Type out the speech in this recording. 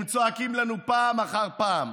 הם צועקים לנו פעם אחר פעם,